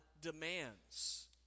demands